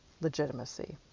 legitimacy